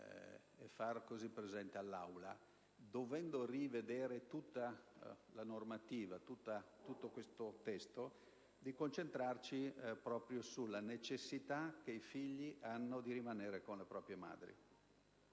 e far così presente all'Aula che, dovendo rivedere tutta la normativa, l'intero testo in esame, sarebbe opportuno concentrarci proprio sulla necessità che i figli hanno di rimanere con le proprie madri.